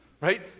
Right